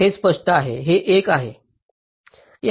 हे स्पष्ट आहे हे एक आहे